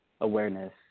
awareness